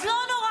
אז לא נורא,